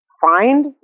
find